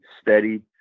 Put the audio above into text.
steady